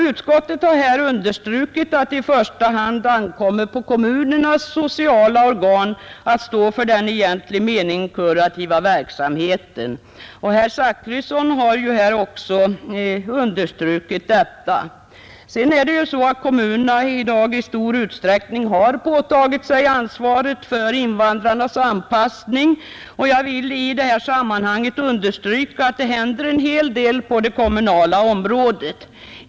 Utskottet har understrukit att det i första hand ankommer på kommunernas sociala organ att svara för den i egentlig mening kurativa verksamheten. Även herr Zachrisson har understrukit detta. Kommunerna har också redan i stor utsträckning påtagit sig ansvaret för invandrarnas anpassning, och jag vill i detta sammanhang erinra om att det händer en hel del på det kommunala området.